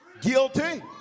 guilty